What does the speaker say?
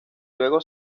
luego